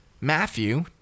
Matthew